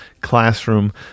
classroom